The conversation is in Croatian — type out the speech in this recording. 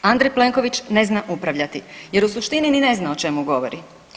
Andrej Plenković ne zna upravljati jer u suštini ni ne zna o čemu govori.